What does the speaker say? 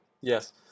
yes